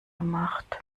gemacht